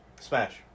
Smash